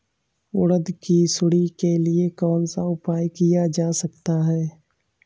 उड़द की सुंडी के लिए कौन सा उपाय किया जा सकता है?